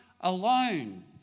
alone